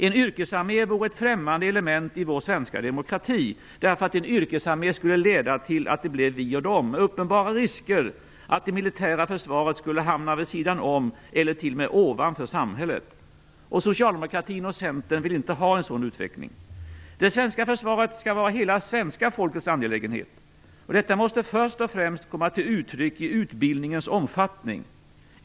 En yrkesarmé vore ett främmande element i vår svenska demokrati, eftersom en yrkesarmé skulle leda till att det blev "vi och dom", med uppenbara risker att det militära försvaret skulle hamna vid sidan om eller t.o.m. ovanför samhället. Socialdemokratin och Centern vill inte ha en sådan utveckling. Det svenska försvaret skall vara hela svenska folkets angelägenhet. Detta måste först och främst komma till uttryck i utbildningens omfattning.